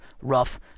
rough